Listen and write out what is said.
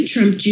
Trump